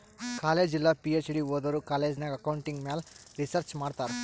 college ಇಲ್ಲ PhD ಓದೋರು college ನಾಗ್ ಅಕೌಂಟಿಂಗ್ ಮ್ಯಾಲ ರಿಸರ್ಚ್ ಮಾಡ್ತಾರ್